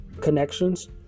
connections